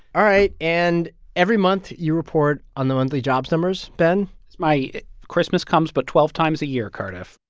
all right. and every month, you report on the monthly jobs numbers, ben it's my christmas comes but twelve times a year, cardiff.